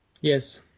Yes